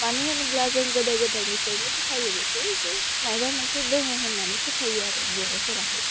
मानोहोनोब्ला जों गोदो गोदाइनिफ्रायनो फोथायो बेखौ जे मायबा मोनसे दोङो होननानै फोथायो आरो बर'फोराहाय